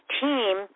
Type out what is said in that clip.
team